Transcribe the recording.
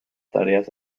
tareas